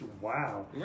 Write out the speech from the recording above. Wow